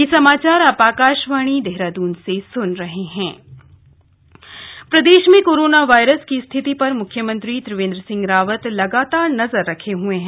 CM समीक्षा प्रदेश में कोरोना वायरस की स्थिति पर मुख्यमंत्री त्रिवेन्द्र सिंह रावत लगातार नजर रखे हुए हैं